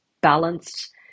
balanced